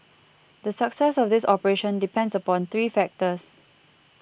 the success of this operation depends upon three factors